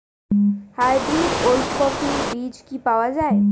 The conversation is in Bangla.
হাইব্রিড ওলকফি বীজ কি পাওয়া য়ায়?